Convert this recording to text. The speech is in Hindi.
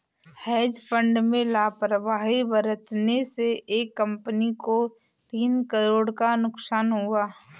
हेज फंड में लापरवाही बरतने से एक कंपनी को तीन करोड़ का नुकसान हुआ